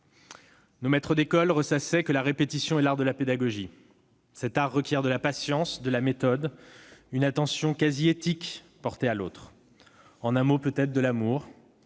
Nos maîtres d'école ressassaient que la répétition est l'art de la pédagogie. Cet art requiert de la patience, de la méthode, une attention quasiment éthique portée à l'autre : en un mot, de l'amour.